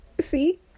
see